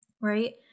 right